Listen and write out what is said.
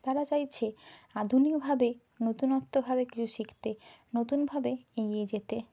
তারা চাইছে আধুনিকভাবে নতুনত্বভাবে কিছু শিখতে নতুনভাবে এগিয়ে যেতে